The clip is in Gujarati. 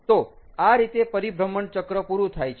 તો આ રીતે પરિભ્રમણ ચક્ર પૂરું થાય છે